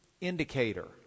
indicator